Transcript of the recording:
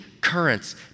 currents